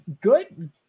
Good